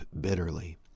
bitterly